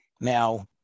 Now